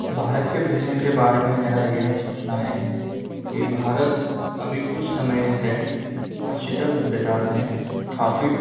भारत के फेसन के बारे में मेरा यह सोचना है कि भारत अभी कुछ समय से पश्च्यता सभ्यता में काफ़ी